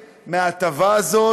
(תיקון, סיוע בהחלפת דירה), התשע"ו 2016,